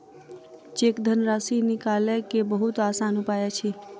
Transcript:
cheque धनराशि निकालय के बहुत आसान उपाय अछि